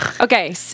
Okay